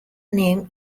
name